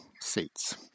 seats